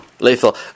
Lethal